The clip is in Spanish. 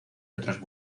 otras